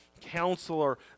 Counselor